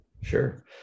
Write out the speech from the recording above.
Sure